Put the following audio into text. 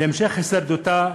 להמשך הישרדותה,